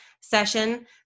session